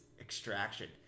extraction